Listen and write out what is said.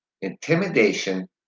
intimidation